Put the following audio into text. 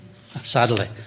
sadly